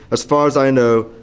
as far as i know,